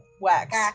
wax